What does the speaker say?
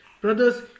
brothers